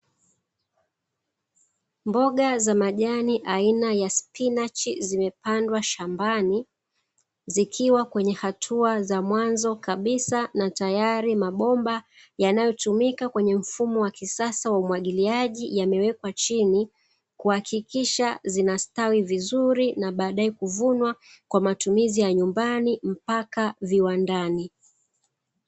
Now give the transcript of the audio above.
Mboga za majani aina ya mchicha zimepandwa shambani zikiwa kwenye hatua za mwanzo kabisa, na tayari mabomba yanayotumika kwenye mfumo wa kisasa wa umwagiliaji yamewekwa chini kuhakikisha zinastawi vizuri na baadae kuvunwa kwa matumizi ya nyumbani mpaka viwandani.